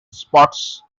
spots